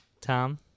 Tom